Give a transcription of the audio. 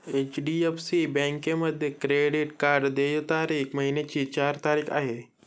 HDFC बँकेमध्ये credit card देय तारीख महिन्याची चार तारीख आहे